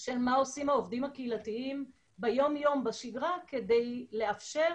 של מה עושים העובדים הקהילתיים ביום יום בשגרה כדי לאפשר